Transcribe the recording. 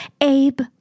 Abe